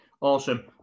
Awesome